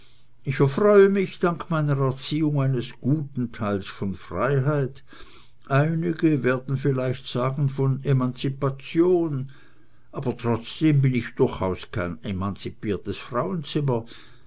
ich erfreue mich dank meiner erziehung eines guten teils von freiheit einige werden vielleicht sagen von emanzipation aber trotzdem bin ich durchaus kein emanzipiertes frauenzimmer